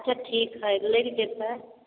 अच्छा ठीक हइ लागि जेतै